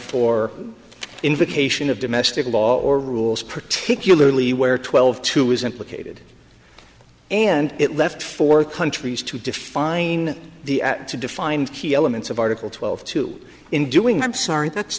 the invocation of domestic law or rules particularly where twelve to is implicated and it left four countries to define the to define key elements of article twelve two in doing i'm sorry that's